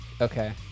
Okay